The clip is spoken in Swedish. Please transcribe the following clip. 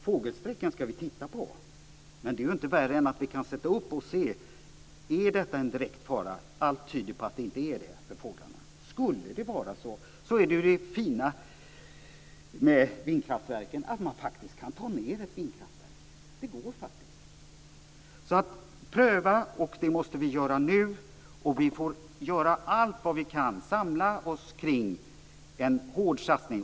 Fågelsträcken ska vi titta på, men det är ju inte värre än att vi kan ta reda på om detta är en direkt fara för fåglarna. Allt tyder på att det inte är det. Skulle det vara det så är ju det fina med vindkraftverken att man faktiskt kan ta ned ett vindkraftverk. Det går faktiskt. Vi måste alltså pröva nu, och vi får göra allt vad vi kan för att samla oss kring en hård satsning.